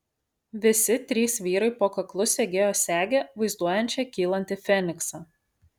visi trys vyrai po kaklu segėjo segę vaizduojančią kylantį feniksą